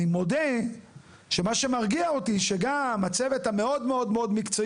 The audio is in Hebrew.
אני מודה שמה שמרגיע אותי שגם הצוות המאוד מאוד מקצועי